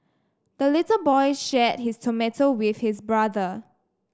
the little boy shared his tomato with his brother